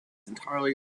entirely